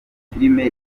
filime